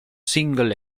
single